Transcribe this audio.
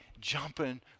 jumping